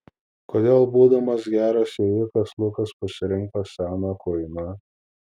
kodėl būdamas geras jojikas lukas pasirinko seną kuiną